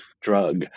drug